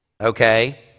okay